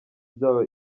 byaba